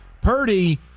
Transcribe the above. Purdy